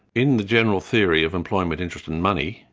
in the general theory of employment, interest and money,